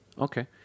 Okay